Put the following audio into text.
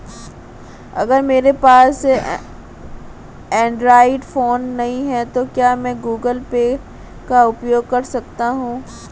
अगर मेरे पास एंड्रॉइड फोन नहीं है तो क्या मैं गूगल पे का उपयोग कर सकता हूं?